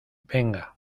venga